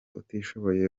utishoboye